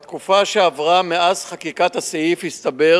בתקופה שעברה מאז חקיקת הסעיף הסתבר